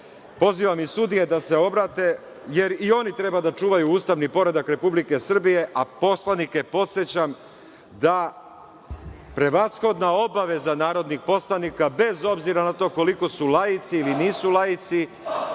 pozivam i sudije da se obrate, jer i oni treba da čuvaju ustavni poredak Republike Srbije, a poslanike podsećam da prevashodna obaveza narodnih poslanika, bez obzira na to koliko su laici ili nisu,